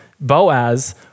Boaz